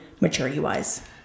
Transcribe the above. maturity-wise